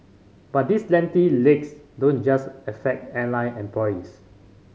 but these lengthy legs don't just affect airline employees